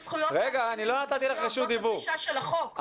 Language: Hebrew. זאת הדרישה שלך החוק.